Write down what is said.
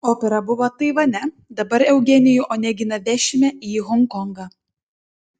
opera buvo taivane dabar eugenijų oneginą vešime į honkongą